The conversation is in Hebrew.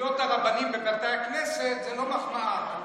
לכלוא את הרבנים בבתי הכנסת, זו לא מחמאה.